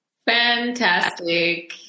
fantastic